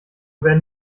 werden